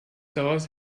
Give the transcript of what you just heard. daraus